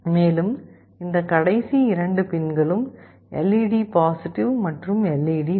மேலும் இந்த கடைசி 2 பின்களும் LED மற்றும் LED